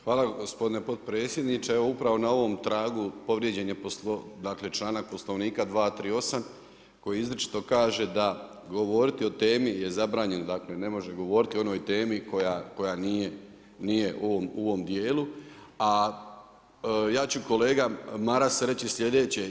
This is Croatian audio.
Hvala gospodine potpredsjedniče, upravo na ovom tragu povrijeđen je članak Poslovnika 238. koji izričito kaže da govoriti o temi je zabranjeno, ne može govoriti o onoj temi koja nije u ovom djelu a ja ću kolega Maras, reći slijedeće.